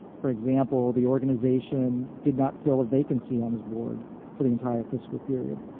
for example the organization did not fill a vacancy on its board for the entire fiscal period,